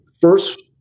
first